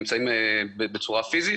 נמצאים בצורה פיסית.